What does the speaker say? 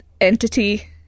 entity